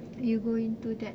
you go into that